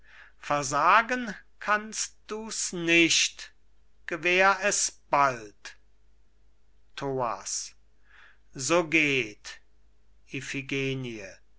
versagen kannst du's nicht gewähr es bald thoas so geht